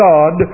God